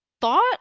thought